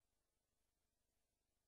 זה הכול